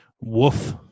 Woof